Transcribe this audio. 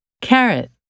Carrot